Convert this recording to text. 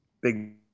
big